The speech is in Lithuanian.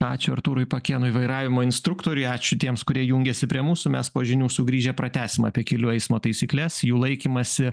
ačiū artūrui pakėnui vairavimo instruktoriui ačiū tiems kurie jungėsi prie mūsų mes po žinių sugrįžę pratęsim apie kelių eismo taisykles jų laikymąsi